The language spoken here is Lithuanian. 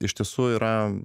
iš tiesų yra